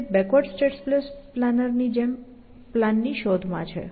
તે backward state space planner ની જેમ પ્લાનની શોધ માં છે